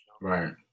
Right